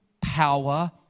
power